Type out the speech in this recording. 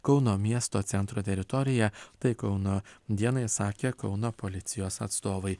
kauno miesto centro teritorija tai kauno dienai sakė kauno policijos atstovai